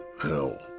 hell